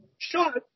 Sure